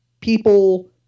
people